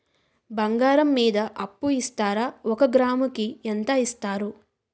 బంగారం మీద అప్పు ఇస్తారా? ఒక గ్రాము కి ఎంత ఇస్తారు?